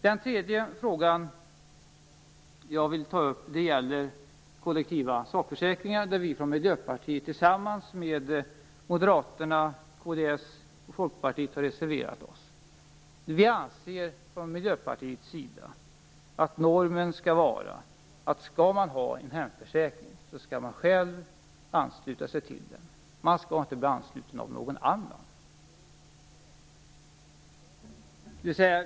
Den tredje fråga jag vill ta upp gäller kollektiva sakförsäkringar. Vi från Miljöpartiet har tillsammans med Moderaterna, Kristdemokraterna och Folkpartiet reserverat oss på den punkten. Vi anser från Miljöpartiets sida att normen skall vara att om man skall ha en hemförsäkring, skall man själv ansluta sig till den. Man skall inte bli ansluten av någon annan.